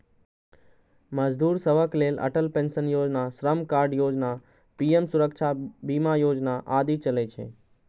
मजदूर सभक लेल अटल पेंशन योजना, श्रम कार्ड योजना, पीएम सुरक्षा बीमा योजना आदि चलै छै